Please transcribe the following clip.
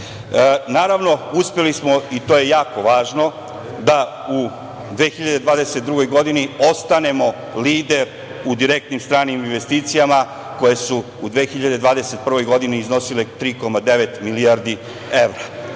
države. Naravno, uspeli smo, i to je jako važno, da u 2022. godini ostanemo lider u direktnim stranim investicijama koje su u 2021. godini iznosile 3,9 milijarde evra. Kada